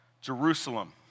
Jerusalem